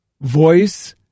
voice